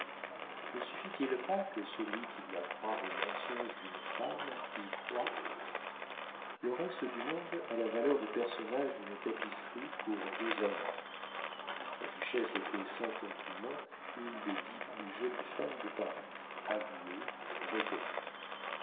ne suffit-il pas que celui qui doit croire aux mensonges d'une femme y croie le reste du monde a la valeur des personnages d'une tapisserie pour deux amants la duchesse était sans compliment une des dix plus jolies femmes de paris avouées reconnues